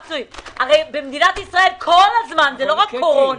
הרי במדינת ישראל כל הזמן, לא רק בתקופת הקורונה,